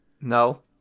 No